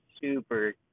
super